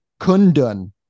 Kundun